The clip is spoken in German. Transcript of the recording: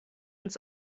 ins